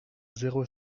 zéro